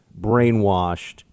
brainwashed